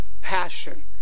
passion